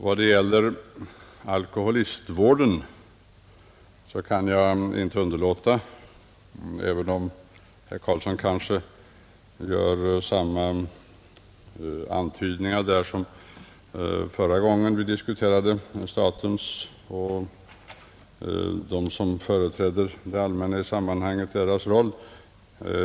Herr Karlsson i Huskvarna gör kanhända samma antydningar när det gäller alkoholistvården som förra gången vi diskuterade vilken roll staten och de som företräder det allmänna i sammanhanget spelar.